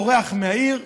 בורח מהעיר,